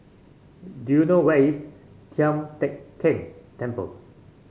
do you know where is Tian Teck Keng Temple